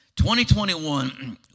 2021